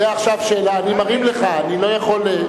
אני מרים לך, אני לא יכול.